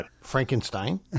Frankenstein